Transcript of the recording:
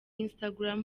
instagram